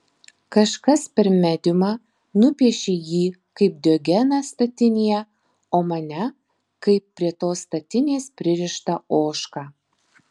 kažkas per mediumą nupiešė jį kaip diogeną statinėje o mane kaip prie tos statinės pririštą ožką